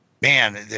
Man